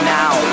now